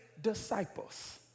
disciples